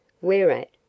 whereat